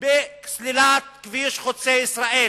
בסלילת כביש חוצה-ישראל,